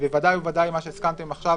ובוודאי ובוודאי מה שהסכמתם עכשיו,